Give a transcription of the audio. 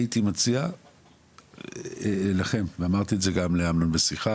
שנית: הייתי מציע לכם וגם אמרתי את זה לאמנון בשיחה,